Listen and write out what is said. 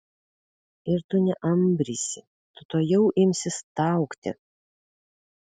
ir tu neambrysi tu tuojau imsi staugti